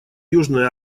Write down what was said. южной